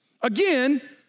again